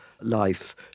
life